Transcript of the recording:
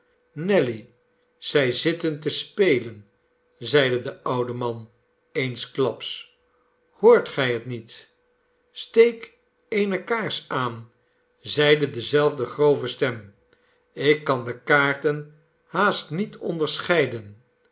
nelly zij zij zitten te spelen zeide de oude man eensklaps hoort gij het niet steek eene kaars aan zeide dezelfde grove stem ik kan de kaarten haast met onderscheiden